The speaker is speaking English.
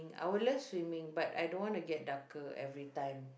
I would love swimming but I don't want to get darker everytime